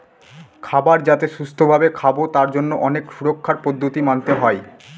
খাবার যাতে সুস্থ ভাবে খাবো তার জন্য অনেক সুরক্ষার পদ্ধতি মানতে হয়